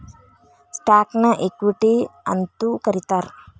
ಸ್ಟಾಕ್ನ ಇಕ್ವಿಟಿ ಅಂತೂ ಕರೇತಾರ